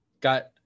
Got